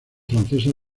francesas